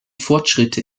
fortschritte